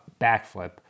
backflip